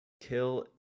kill